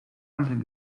ampeln